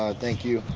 thank you.